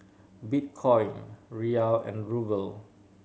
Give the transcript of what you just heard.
Bitcoin Riyal and Ruble